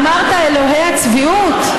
אמרת: אלוהי הצביעות?